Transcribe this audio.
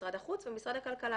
משרד החוץ ומשרד הכלכלה,